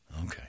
okay